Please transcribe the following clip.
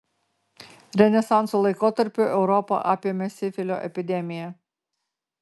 renesanso laikotarpiu europą apėmė sifilio epidemija